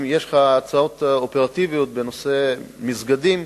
אם יש לך הצעות אופרטיביות בנושא מסגדים,